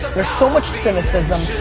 there's so much cynicism,